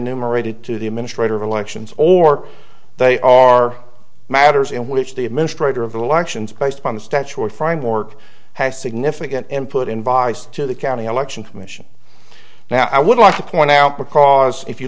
enumerated to the administrator of elections or they are matters in which the administrator of the elections based upon the statue or framework has significant input in vice to the county election commission now i would like to point out because if you